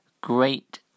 Great